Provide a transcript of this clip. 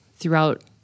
throughout